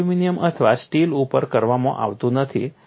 તે એલ્યુમિનિયમ અથવા સ્ટીલ ઉપર કરવામાં આવતું નથી